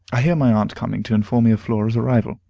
i hear my aunt coming to inform me of flora's arrival.